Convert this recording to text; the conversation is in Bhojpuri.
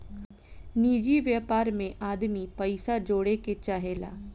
निजि व्यापार मे आदमी पइसा जोड़े के चाहेला